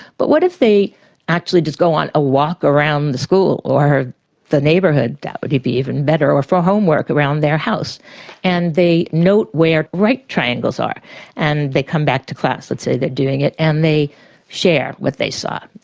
but what if they actually go on a walk around the school, or the neighbourhood that would be even better, or for homework around their house and they note where right triangles are and they come back to class and say they're doing it and they share what they saw.